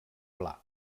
pla